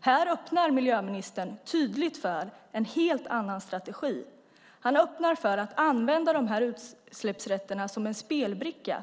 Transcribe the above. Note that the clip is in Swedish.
Här öppnar miljöministern tydligt för en helt annan strategi. Han öppnar för att använda utsläppsrätterna som en spelbricka.